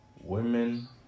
Women